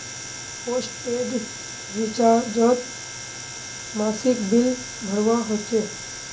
postpaid रिचार्जोत मासिक bill भरवा होचे